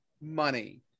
money